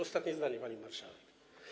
Ostatnie zdanie, pani marszałek.